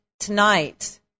Tonight